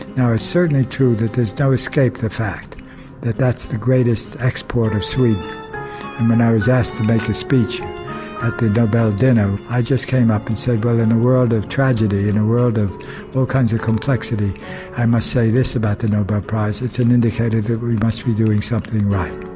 now it's certainly true that there's no escaping the fact that that's the greatest export of sweden, and when i was asked to make a speech at the nobel dinner, i just came up and said well in a world of tragedy, in a world of all kinds of complexity i must say this about the nobel prize it's an indicator that we must be doing something right.